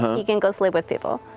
he can go sleep with people.